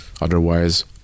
Otherwise